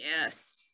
yes